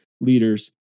leaders